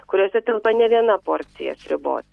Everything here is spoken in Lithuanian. kuriose telpa ne viena porcija sriubos